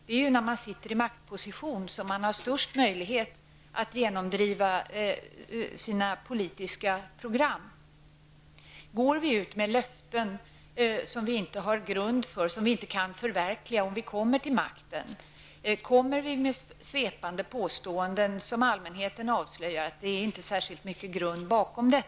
Det är i maktposition som man har den största möjligheten att genomdriva sina politiska program. Går vi ut med löften som inte kan förverkligas? Kommer vi med svepande påståenden som allmänheten avslöjar som grundlösa?